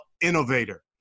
innovator